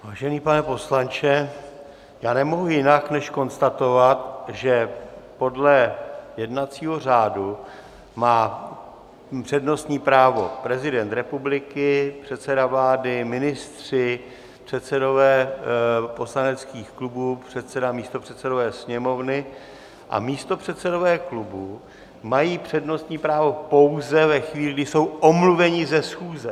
Vážený pane poslanče, já nemohu jinak než konstatovat, že podle jednacího řádu má přednostní právo prezident republiky, předseda vlády, ministři, předsedové poslaneckých klubů, předseda a místopředsedové Sněmovny a místopředsedové klubu mají přednostní právo pouze ve chvíli, kdy jsou předsedové omluveni ze schůze.